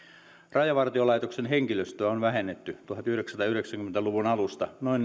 rajavartiolaitoksen henkilöstöä on vähennetty tuhatyhdeksänsataayhdeksänkymmentä luvun alusta noin